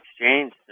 Exchange